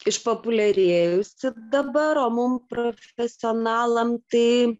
išpopuliarėjusi dabar o mum profesionalam tai